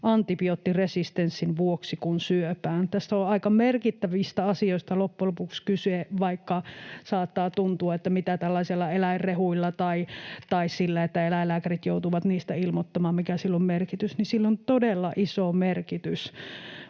antibioottiresistenssin vuoksi kuin syöpään. Tässä on aika merkittävistä asioista loppujen lopuksi kyse. Vaikka saattaa tuntua, että mitä merkitystä on tällaisilla eläinrehuilla tai sillä, että eläinlääkärit joutuvat niistä ilmoittamaan, niin sillä on todella iso merkitys